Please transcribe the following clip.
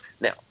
Now